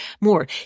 more